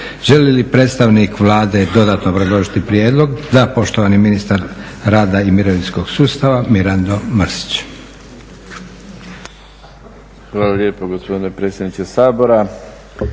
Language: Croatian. Želi li predstavnik Vlade dodatno obrazložiti prijedlog? Da. Poštovani ministar rada i mirovinskog sustava, Mirando Mrsić.